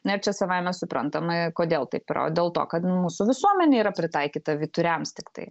na ir čia savaime suprantama kodėl taip yra o dėl to kad mūsų visuomenė yra pritaikyta vyturiams tiktai